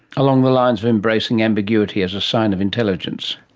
along the lines of embracing ambiguity as a sign of intelligence.